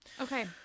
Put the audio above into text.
Okay